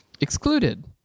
excluded